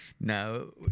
No